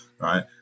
right